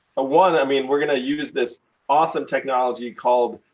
ah one, i mean, we're gonna use this awesome technology called